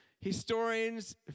historians